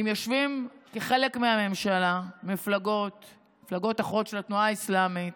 אם יושבים כחלק מהממשלה מפלגות אחיות של התנועה האסלאמית,